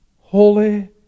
holy